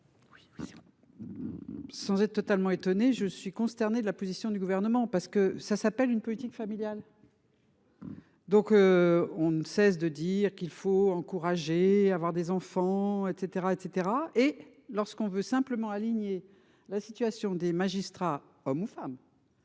Sans être totalement étonné je suis consterné de la position du gouvernement parce que ça s'appelle une politique familiale. Donc. On ne cesse de dire qu'il faut encourager à avoir des enfants et cetera et cetera et lorsqu'on veut simplement aligné la situation des magistrats, hommes ou femmes.